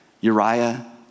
Uriah